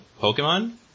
Pokemon